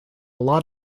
lot